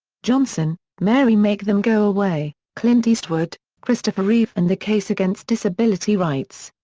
johnson, mary. make them go away clint eastwood, christopher reeve and the case against disability rights.